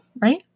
right